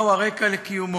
לקיומו.